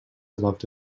loved